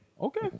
Okay